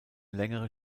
längere